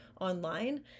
online